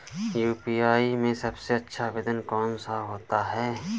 UPI में सबसे अच्छा आवेदन कौन सा होता है?